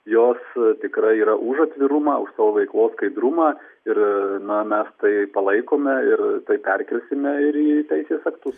jos tikrai yra už atvirumą už savo veiklos skaidrumą ir na mes tai palaikome ir tai perkelsime ir į teisės aktu